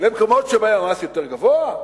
למקומות שבהם המס יותר גבוה?